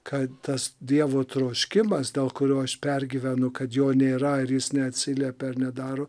kad tas dievo troškimas dėl kurio aš pergyvenu kad jo nėra ar jis neatsiliepia ar nedaro